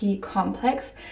complex